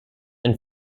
and